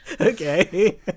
Okay